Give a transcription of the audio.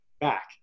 back